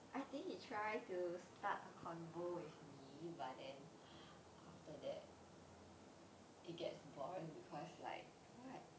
I think he try to start a convo with me but then after that it gets boring because like what